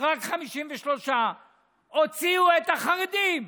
רק 53. הוציאו את החרדים.